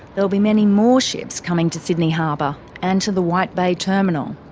will be many more ships coming to sydney harbour, and to the white bay terminal.